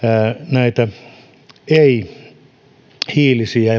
näitä ei hiilisten ja ja